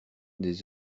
des